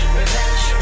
revenge